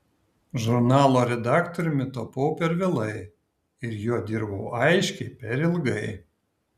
žurnalo redaktoriumi tapau per vėlai ir juo dirbau aiškiai per ilgai